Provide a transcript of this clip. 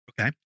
Okay